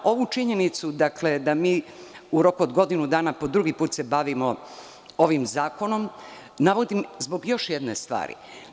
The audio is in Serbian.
Ovu činjenicu da mi u roku od godinu dana po drugi put se bavimo ovim zakonom navodi zbog još jedne stvari.